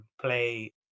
play